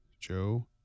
Joe